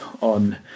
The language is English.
on